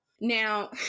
Now